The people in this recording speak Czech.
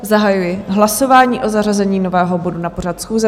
Zahajuji hlasování o zařazení nového bodu na pořad schůze.